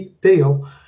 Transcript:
deal